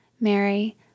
Mary